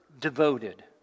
devoted